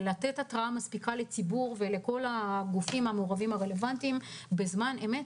ולתת התראה מספיקה לציבור ולכל הגופים המעורבים הרלוונטיים בזמן אמת,